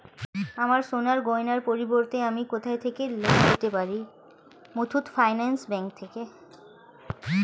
আমার সোনার গয়নার পরিবর্তে আমি কোথা থেকে লোন পেতে পারি?